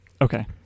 Okay